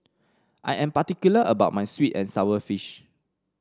I am particular about my sweet and sour fish